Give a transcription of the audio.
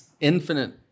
infinite –